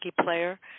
player